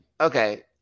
Okay